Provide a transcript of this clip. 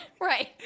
Right